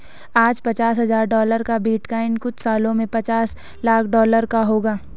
आज पचास हजार डॉलर का बिटकॉइन कुछ सालों में पांच लाख डॉलर का होगा